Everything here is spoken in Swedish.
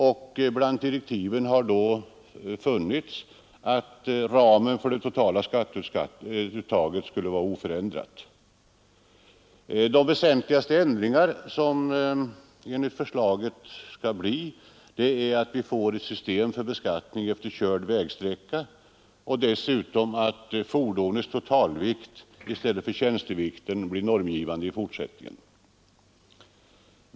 I direktiven ingick att ramen för det totala skatteuttaget skulle vara oförändrat. De väsentligaste ändringarna enligt förslaget är att vi får ett system med beskattning efter körd vägsträcka och dessutom att fordonets totalvikt i stället för tjänstevikten blir normgivande i fortsättningen.